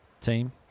team